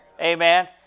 Amen